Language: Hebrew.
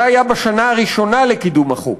זה היה בשנה הראשונה לקידום החוק.